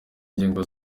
ngingo